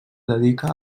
dedica